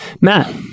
Matt